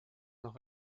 noch